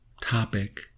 topic